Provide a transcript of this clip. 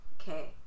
okay